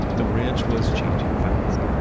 the ranch was changing fast.